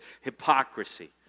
hypocrisy